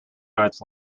nights